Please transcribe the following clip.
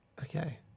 Okay